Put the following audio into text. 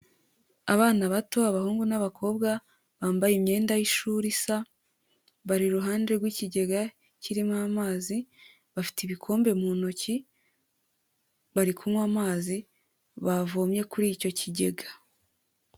Abana bato: abahungu n'abakobwa bambaye imyenda y'ishuri isa, bari iruhande rw'ikigega kirimo amazi, bafite ibikombe mu ntoki, bari kunywa amazi bavomye kuri icyo kigega.